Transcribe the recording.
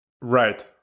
Right